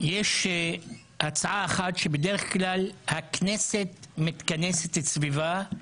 יש הצעה אחת שבדרך כלל הכנסת מתכנסת סביבה,